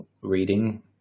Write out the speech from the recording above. reading